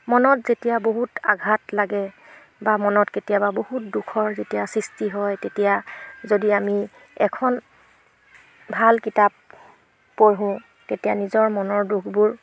মনত যেতিয়া বহুত আঘাত লাগে বা মনত কেতিয়াবা বহুত দুখৰ যেতিয়া সৃষ্টি হয় তেতিয়া যদি আমি এখন ভাল কিতাপ পঢ়োঁ তেতিয়া নিজৰ মনৰ দুখবোৰ